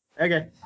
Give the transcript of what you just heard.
Okay